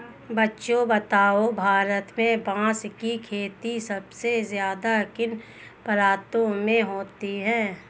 बच्चों बताओ भारत में बांस की खेती सबसे ज्यादा किन प्रांतों में होती है?